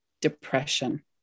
depression